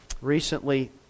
Recently